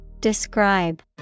Describe